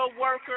worker